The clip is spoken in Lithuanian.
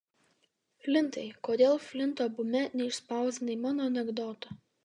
flintai kodėl flinto bume neišspausdinai mano anekdoto